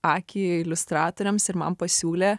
akį iliustratoriams ir man pasiūlė